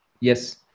yes